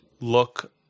look